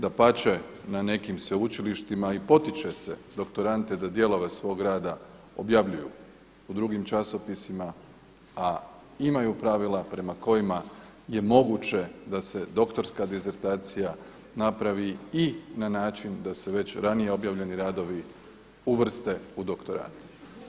Dapače, na nekim sveučilištima i potiče se doktorande da dijelove svog rada objavljuju u drugim časopisima, a imaju pravila prema kojima je moguće da se doktorska disertacija napravi i na način da se već objavljeni radovi uvrste u doktorate.